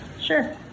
Sure